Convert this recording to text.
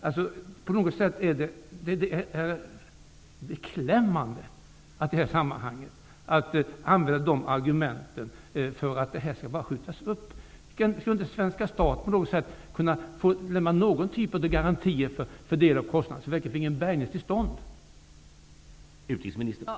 Det är på något sätt beklämmande att i det här sammanhanget använda dessa argument för att skjuta upp en undersökning. Skall svenska staten inte på något sätt lämna någon typ av garantier för kostnaderna så att man kan få en bärgning till stånd?